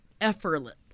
effortless